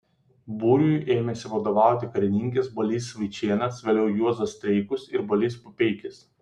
būriui ėmėsi vadovauti karininkas balys vaičėnas vėliau juozas streikus ir balys pupeikis